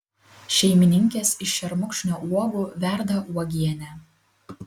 šeimininkės iš šermukšnio uogų verda uogienę